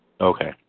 Okay